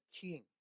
king